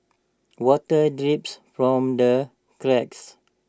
water drips from the cracks